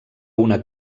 una